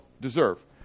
deserve